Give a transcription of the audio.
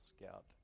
Scout